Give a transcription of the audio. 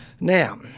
Now